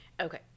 Okay